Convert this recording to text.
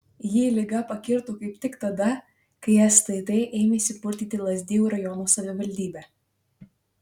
jį liga pakirto kaip tik tada kai stt ėmėsi purtyti lazdijų rajono savivaldybę